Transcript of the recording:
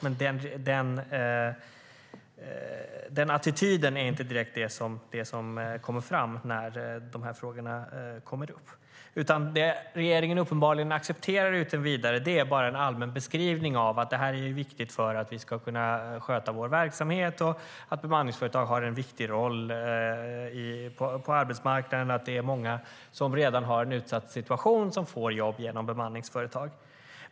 Men det är inte direkt den attityden som kommer fram när de här frågorna kommer upp. Det regeringen uppenbarligen accepterar utan vidare är bara en allmän beskrivning: Det här är viktigt för att vi ska kunna sköta vår verksamhet. Bemanningsföretag har en viktig roll på arbetsmarknaden. Många i en redan utsatt situation får jobb genom bemanningsföretag.